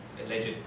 alleged